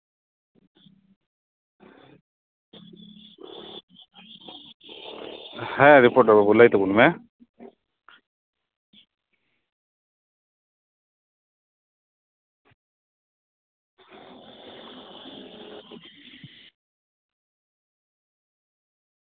ᱦᱮᱸ ᱨᱤᱯᱳᱴᱟᱨ ᱵᱟᱵᱩ ᱞᱟᱹᱭ ᱛᱟᱵᱚᱱ ᱢᱮ